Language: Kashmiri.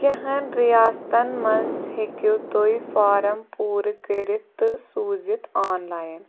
کٮ۪ہن رِیاستن منٛز ہیٚکِو تُہۍ فارم پوٗرٕ کٔرِتھ تہٕ سوٗزِتھ آن لایِن